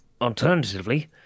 Alternatively